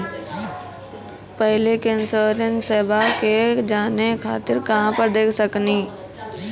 पहले के इंश्योरेंसबा के जाने खातिर कहां पर देख सकनी?